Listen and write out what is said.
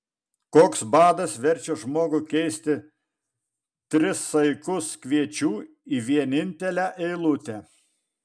koks badas verčia žmogų keisti tris saikus kviečių į vienintelę eilutę